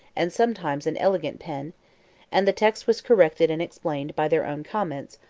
and sometimes an elegant pen and the text was corrected and explained by their own comments,